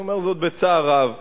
אני אומר זאת בצער רב.